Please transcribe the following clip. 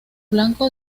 blanco